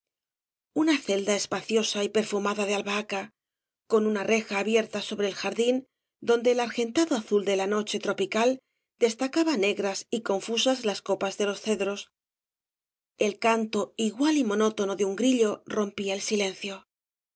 una celda espaciosa y perfumada de albahaca con una reja abierta sobre el jardín donde el argentado azul de la noche tropical destacaba negras y confusas las copas de los cedros el canto obras de valle inclan igual y monótono de un grillo rompía el silencio yo